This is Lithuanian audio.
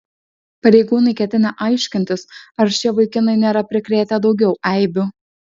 pareigūnai ketina aiškintis ar šie vaikinai nėra prikrėtę daugiau eibių